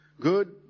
good